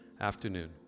afternoon